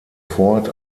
fort